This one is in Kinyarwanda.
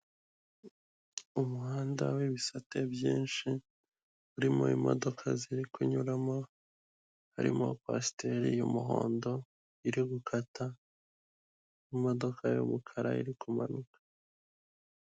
Umuhanda wi'bisate byinshi , urimo imodoka ziri kunyuramo , harimo kwasiteri y'umuhondo iri gukata, imodoka y'umukara iri kumanuka.